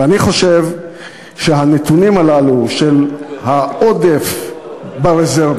ואני חושב שהנתונים הללו של העודף ברזרבה,